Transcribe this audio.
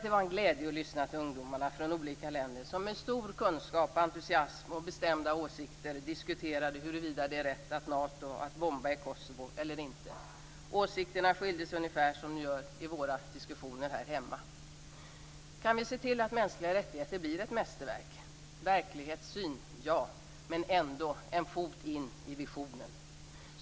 Det var en glädje att lyssna till de ungdomar från olika länder som med stor kunskap, entusiasm och bestämda åsikter diskuterade huruvida det är rätt av Nato att bomba i Kosovo eller inte. Åsikterna skilde sig ungefär som de gör i våra diskussioner här hemma. Kan vi se till att mänskliga rättigheter blir ett mästerverk? Verklighetssyn, ja - men ändå en fot in i visionen.